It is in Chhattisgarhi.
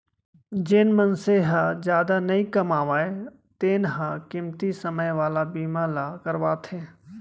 जेन मनसे ह जादा नइ कमावय तेन ह कमती समे वाला बीमा ल करवाथे